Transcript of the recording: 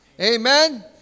Amen